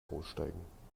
aussteigen